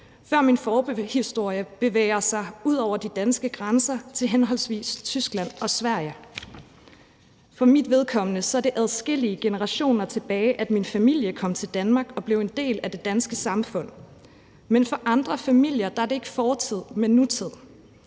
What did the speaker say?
før min forhistorie bevæger sig ud over de danske grænser til henholdsvis Tyskland og Sverige. For mit vedkommende ligger det adskillige generationer tilbage, hvor min familie kom til Danmark og blev en del af det danske samfund. Men for andre familier er det ikke fortid, men nutid.